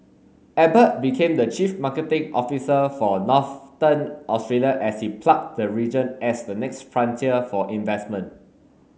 Abbott became the chief marketing officer for Northern Australia as he plugged the region as the next frontier for investment